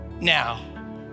Now